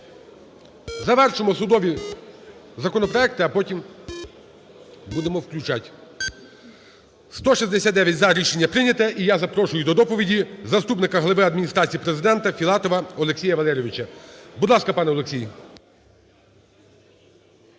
Завершимо судові законопроекти, а потім будемо включати. 13:34:14 За-169 Рішення прийняте. І я запрошую до доповіді заступника глави Адміністрації Президента Філатова Олексія Валерійовича. Будь ласка, пане Олексій.